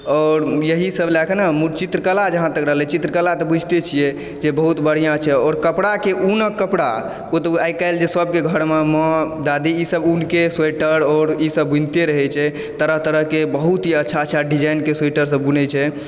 आओर एहि सभ लए कऽ ने चित्रकला जे चित्रकला तऽ बुझिते छियै जे बहुत बढ़िऑं छै आओर कपड़ा के ऊनक कपड़ा ओतऽ आइ कालहि सभके घरमे माँ दादी ई सभ ऊनके स्वेटर आओर ई सभ बुइँते रहै छै तरह तरहके बहुत ही अच्छा अच्छा डिजाइन के सुइटर सभ बुनै छै